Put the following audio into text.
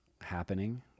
happening